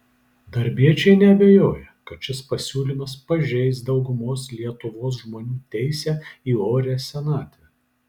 darbiečiai neabejoja kad šis pasiūlymas pažeis daugumos lietuvos žmonių teisę į orią senatvę